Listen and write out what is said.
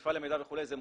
החשיפה למידע זה מוסדר,